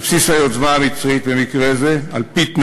על בסיס היוזמה המצרית במקרה זה, על-פי תנאינו.